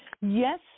Yes